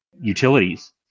utilities